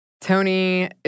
Tony